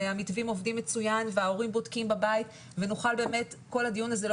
המתווים עובדים מצוין וההורים בודקים בבית וכל הדיון הזה לא